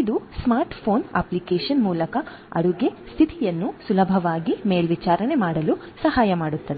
ಇದು smart phone application ಮೂಲಕ ಅಡುಗೆ ಸ್ಥಿತಿಯನ್ನು ಸುಲಭವಾಗಿ ಮೇಲ್ವಿಚಾರಣೆ ಮಾಡಲು ಸಹಾಯ ಮಾಡುತ್ತದೆ